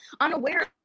unaware